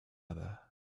other